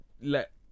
let